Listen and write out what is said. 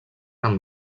amb